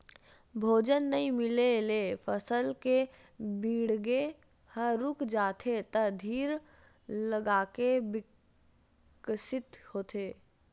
भोजन नइ मिले ले फसल के बाड़गे ह रूक जाथे त धीर लगाके बिकसित होथे